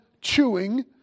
chewing